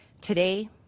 Today